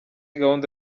gahunda